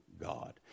God